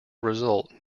result